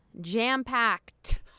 jam-packed